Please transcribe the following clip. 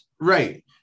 right